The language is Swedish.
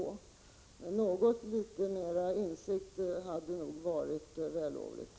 Något litet mer av insikter hade varit vällovligt.